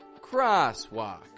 Crosswalk